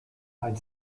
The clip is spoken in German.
ein